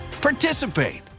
participate